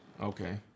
Okay